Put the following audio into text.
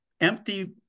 empty